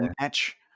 match